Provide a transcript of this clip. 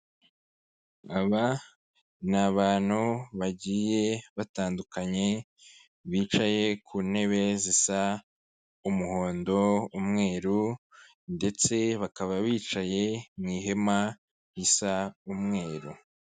Aba ni abantu bagiye batandukanye bicaye ku ntebe zisa umuhondo, umweru ndetse bakaba bicaye mu ihema risa umweru.